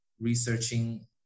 researching